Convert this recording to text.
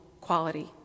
quality